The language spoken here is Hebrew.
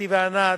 אתי וענת,